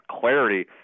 clarity